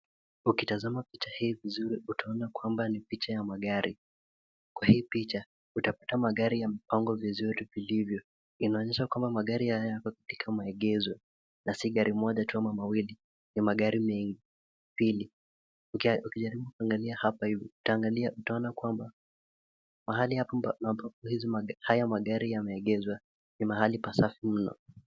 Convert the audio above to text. Ukitazama picha hii vizuri utaona kwamba ni picha ya magari. Kwa hii picha, utapata magari yamepangwa vizuri vilivyo. Inaonyesha kwamba magari haya yako katika maegesho, na si gari moja tu ama mawili, ni magari mengi. Pili, ukijaribu kuangalia hapa hivi, utaangalia, utaona kwamba mahali hapo ambapo hizi haya magari yameegeshwa ni mahali pasafi mno.